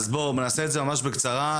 נעשה את זה ממש בקצרה.